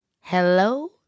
hello